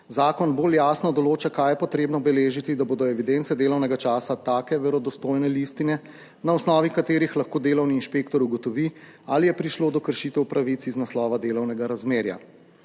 Zakon bolj jasno določa, kaj je potrebno beležiti, da bodo evidence delovnega časa take verodostojne listine, na osnovi katerih lahko delovni inšpektor ugotovi ali je prišlo do kršitev pravic iz naslova delovnega razmerja.